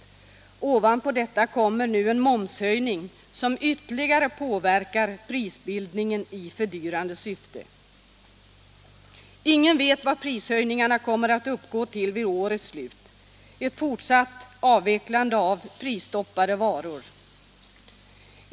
Ovanpå detta kom 17 maj 1977 mer nu en momshöjning, som ytterligare påverkar prisbildningen i förr — Li dyrande syfte. Ingen vet vad prishöjningarna kommer att uppgå till vid Föräldraförsäkringårets slut. Samtidigt fortsätts avvecklandet av prisstoppet på dagligvaror. en, m.m.